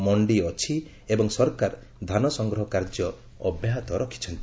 ମଣ୍ଡି ଅଛି ଏବଂ ସରକାର ଧାନ ସଂଗ୍ରହ କାର୍ଯ୍ୟ ଅବ୍ୟାହତ ରଖିଛନ୍ତି